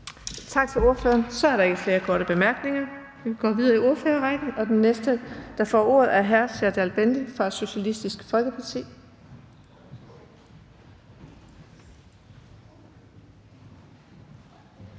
Tak til ordføreren. Så er der ikke flere korte bemærkninger. Vi går videre i ordførerrækken, og den næste, der får ordet, er hr. Serdal Benli fra Socialistisk Folkeparti.